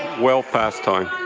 well pastime.